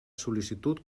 sol·licitud